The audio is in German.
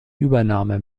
übernahme